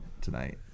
tonight